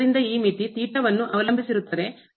ಆದ್ದರಿಂದ ಈ ಮಿತಿ ವನ್ನು ಅವಲಂಬಿಸಿರುತ್ತದೆ